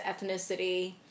ethnicity